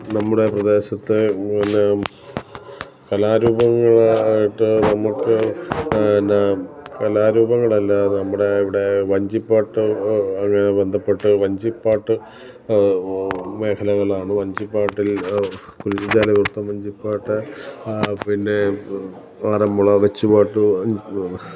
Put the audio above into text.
നമ്മുടെ പ്രദേശത്തെ പിന്നെ കലാരൂപങ്ങളായിട്ട് നമുക്ക് എന്നാ കലാരൂപങ്ങളല്ലാതെ നമ്മുടെ ഇവിടെ വഞ്ചിപ്പാട്ട് അങ്ങനെ ബന്ധപ്പെട്ട വഞ്ചിപ്പാട്ട് മേഖലകളാണ് വഞ്ചിപ്പാട്ടിൽ കുചേലവൃത്തം വഞ്ചിപ്പാട്ട് പിന്നെ ആറന്മുള വച്ച് പാട്ട്